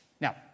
Now